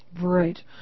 Right